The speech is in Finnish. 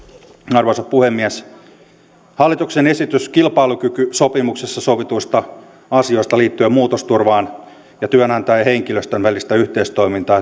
arvoisa puhemies hallituksen esitys kilpailukykysopimuksessa sovituista asioista liittyen muutosturvaa ja työnantajan ja henkilöstön välistä yhteistoimintaa